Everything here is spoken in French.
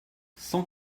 cent